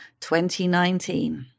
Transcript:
2019